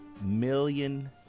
million